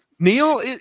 neil